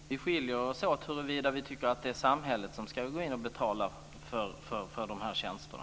Fru talman! Vi skiljer oss åt huruvida vi tycker att det är samhället som ska gå in och betala för de här tjänsterna.